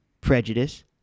prejudice